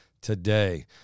today